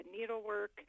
needlework